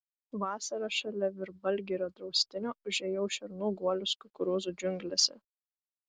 vasarą šalia virbalgirio draustinio užėjau šernų guolius kukurūzų džiunglėse